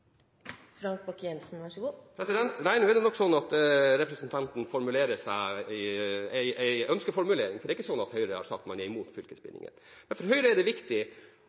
Nå er det nok sånn at representanten her kommer med en ønskeformulering. Det er ikke sånn at Høyre har sagt at man er imot fylkesbindinger. For Høyre er det viktig